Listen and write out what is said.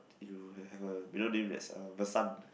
you have a middle name that's uh Vasan